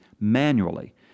Manually